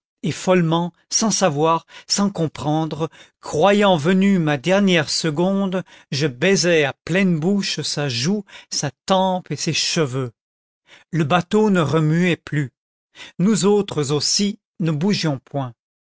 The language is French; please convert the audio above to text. et follement sans savoir sans comprendre croyant venue ma dernière seconde je baisais à pleine bouche sa joue sa tempe et ses cheveux le bateau ne remuait plus nous autres aussi ne bougions point